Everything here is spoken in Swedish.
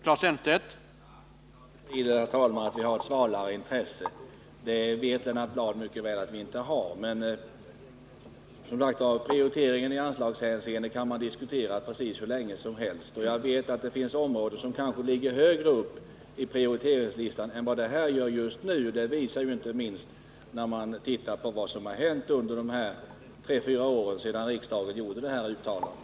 Herr talman! Jag bestrider att vi, har ett svalare intresse. Det vet Lennart Bladh mycket väl att vi inte har. Men, som sagt, prioriteringen i anslagshänseende kan man diskutera precis hur länge som helst. Jag vet att det finns områden som kanske ligger högre upp på prioriteringslistan än det här gör just nu. Det visar sig inte minst när man tittar på vad som har hänt under de tre fyra år som har gått sedan riksdagen gjorde det här uttalandet.